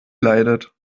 leidet